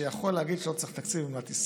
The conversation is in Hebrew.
שיכול להגיד שלא צריך תקציב במדינת ישראל.